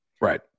Right